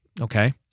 Okay